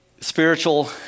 spiritual